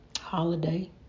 holiday